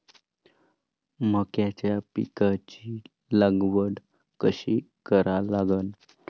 मक्याच्या पिकाची लागवड कशी करा लागन?